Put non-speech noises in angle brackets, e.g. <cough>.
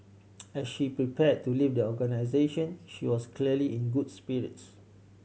<noise> as she prepared to leave the organisation she was clearly in good spirits